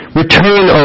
Return